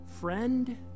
friend